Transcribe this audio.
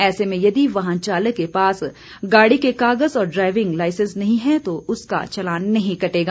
ऐसे में यदि वाहन चालक के पास गाड़ी के कागज और ड्राइविंग लाइसेंस नहीं है तो उसका चालान नहीं कटेगा